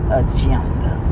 agenda